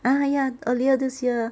ah ya earlier this year